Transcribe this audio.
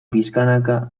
pixkanaka